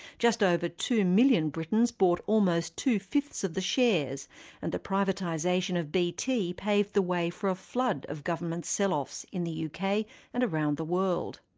just over two million britons bought almost two-fifths of the shares and the privatisation of bt paved the way for a flood of government sell-offs in the yeah uk and around the world.